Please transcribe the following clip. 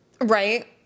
right